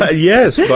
ah yes, yeah